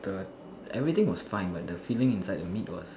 the everything was fine but the filling inside the meat was